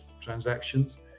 transactions